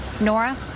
Nora